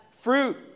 fruit